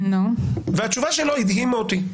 התשובה שלו הדהימה אותי.